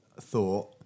thought